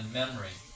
memory